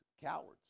cowards